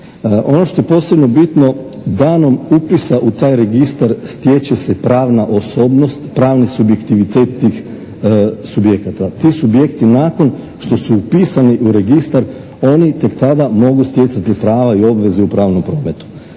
Ono što je posebno bitno danom upisa u taj registar stječe se pravna osobnost, pravni subjektivitet tih subjekata. Ti subjekti nakon što su upisani u registar oni tek tad mogu stjecati prava i obveze u pravnom prometu.